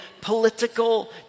political